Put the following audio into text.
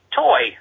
toy